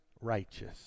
righteous